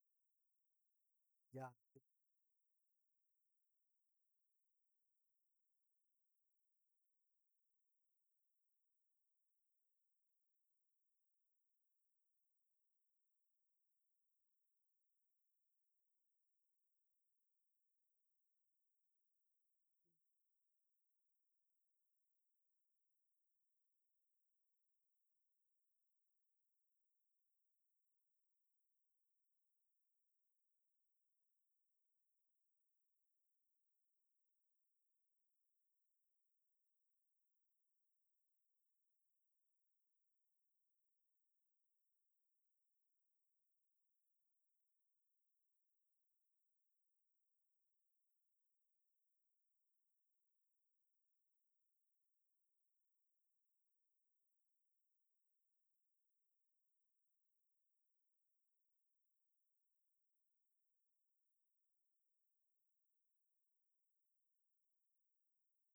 Ja bə nən kel kiyotən cini go jə kiyobəm cinigo le jə kiyo bəm cinigəle naja kiyobəm cinigii na bə kuwo bənən bətəm kel wo acini go ja kiyoi bə bəji nabə bəji yoi jə suwabən suwa gə cini ni jə kiyo bəm yau ju maale a mogo cini ni gəmi gə bə dou melatəm wo nabʊ dʊl təbəni disə juda kiyobəmi sa a mabəm tikeli. Gə nango guntəmo bə gun bən nən kətəm betiyo mi kaa juni wo bə nyimi nəngo maaji ni tetəlam bəno jə nung bən nei bə ja kəgga nən bə maalei mi ka juni wo bə nyəmi na bə yəla bə be na kwamago woi bə ja kəgga nən gaan bəno bə maa gan lotəm swamole bə dəbkale a yangolan na bəmaa gaano kwamago lelei be yəla bə be a jɔɔ babə yu mwemo tag la bə yam jəjaləno ja maalei.